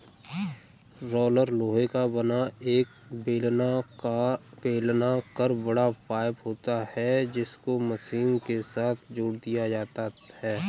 roller लोहे का बना एक बेलनाकर बड़ा पाइप होता है जिसको मशीन के साथ जोड़ दिया जाता है